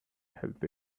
health